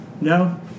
No